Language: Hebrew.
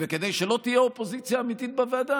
וכדי שלא תהיה אופוזיציה אמיתית בוועדה,